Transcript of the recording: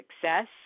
success